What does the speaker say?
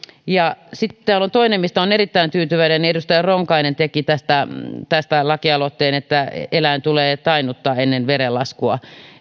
sitten täällä on toinen asia mistä olen erittäin tyytyväinen edustaja ronkainen teki tästä lakialoitteen että eläin tulee tainnuttaa ennen verenlaskua